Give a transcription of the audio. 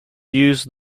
used